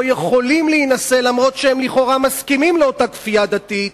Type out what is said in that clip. יכולים להינשא אפילו שלכאורה הם מסכימים לאותה כפייה דתית,